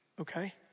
Okay